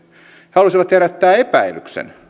he halusivat herättää epäilyksen